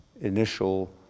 initial